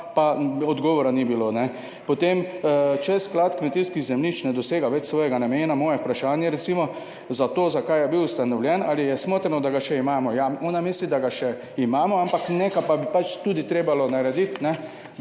pa odgovora ni bilo. Potem, če Sklad kmetijskih zemljišč ne dosega več svojega namena, moje vprašanje recimo, zato zakaj je bil ustanovljen, ali je smotrno, da ga še imamo. Ja, ona misli, da ga še imamo, ampak nekaj pa bi tudi trebalo narediti, da